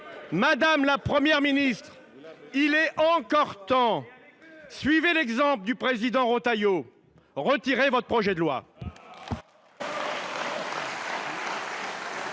Madame la Première ministre, il est encore temps. Suivez l’exemple du président Retailleau : retirez votre projet de loi.